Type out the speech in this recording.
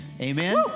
Amen